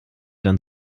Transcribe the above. dann